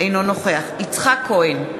אינו נוכח יצחק כהן,